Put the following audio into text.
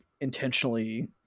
intentionally